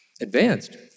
Advanced